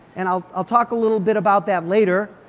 and i'll i'll talk a little bit about that later,